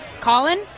Colin